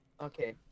Okay